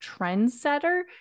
trendsetter